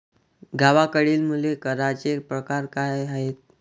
गावाकडली मुले करांचे प्रकार काय आहेत?